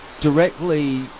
Directly